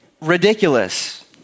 ridiculous